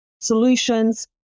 solutions